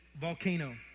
volcano